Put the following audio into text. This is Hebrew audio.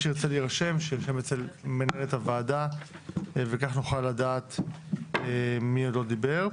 מי שרוצה להירשם שיירשם אצל מנהלת הוועדה וכך נוכל לדעת מי עוד לא דיבר.